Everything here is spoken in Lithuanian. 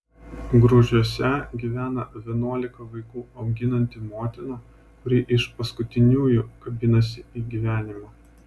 grūžiuose gyvena vienuolika vaikų auginanti motina kuri iš paskutiniųjų kabinasi į gyvenimą